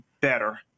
better